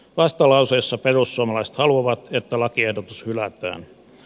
vastalauseessa perussuomalaiset haluavat että lakiehdotus hylätään